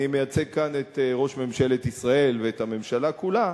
אני מייצג כאן את ראש ממשלת ישראל ואת הממשלה כולה,